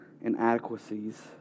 inadequacies